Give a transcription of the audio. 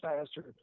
faster